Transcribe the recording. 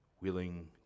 willing